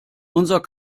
unser